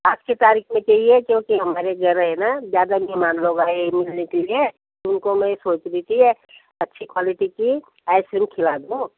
आज की तारीख़ में चाहिए क्योंकि हमारे घर है ना ज़्यादा मेहमान लोग आए हैं मिलने के लिए उनको मैं सोच रही थी ये अच्छी क्वालिटी की आइसक्रीम खिला दूँ